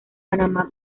panamá